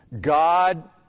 God